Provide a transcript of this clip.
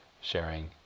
sharing